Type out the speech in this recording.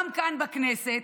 גם כאן בכנסת